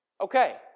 Okay